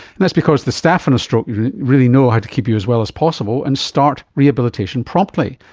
and that's because the staff in a stroke unit really know how to keep you as well as possible and start rehabilitation promptly.